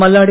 Malladi